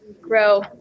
grow